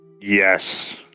Yes